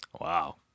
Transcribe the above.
Wow